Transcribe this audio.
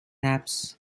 apse